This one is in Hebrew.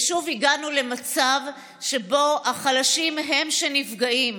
ושוב הגענו למצב שבו החלשים הם שנפגעים.